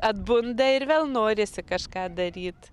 atbunda ir vėl norisi kažką daryt